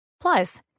Plus